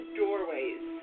doorways